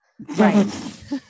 right